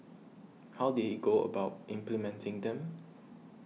how did he go about implementing them